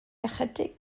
ychydig